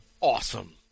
awesome